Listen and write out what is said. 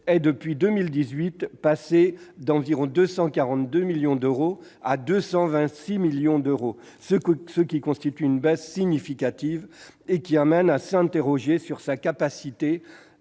est passé d'environ 242 millions d'euros à 226 millions d'euros depuis 2018. Cela constitue une baisse significative et amène à s'interroger sur sa capacité